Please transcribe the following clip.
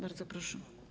Bardzo proszę.